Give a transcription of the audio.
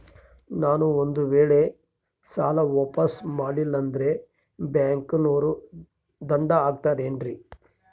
ನಾನು ಒಂದು ವೇಳೆ ಸಾಲ ವಾಪಾಸ್ಸು ಮಾಡಲಿಲ್ಲಂದ್ರೆ ಬ್ಯಾಂಕನೋರು ದಂಡ ಹಾಕತ್ತಾರೇನ್ರಿ?